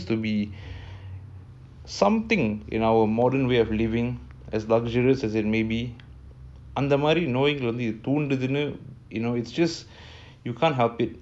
to be something in our modern way of living as luxurious as it be under knowing really tuned to the new you know it's just you can't help it